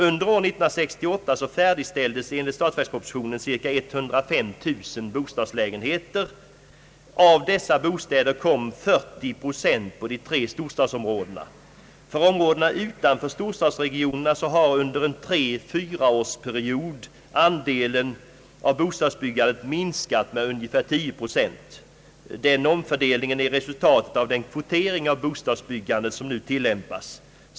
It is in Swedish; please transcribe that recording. Under år 1968 färdigställdes enligt statsverkspropositionen cirka 105000 bostadslägenheter. Av dessa bostäder kommer cirka 40 procent på de tre storstadsområdena. För områdena utanför storstadsregionerna har under en period av tre, fyra år andelen av bostadsbyggandet minskat med ungefär 10 procent. Denna omfördelning är resultatet av den kvotering av bostadsbyggandet som nu tilllämpas.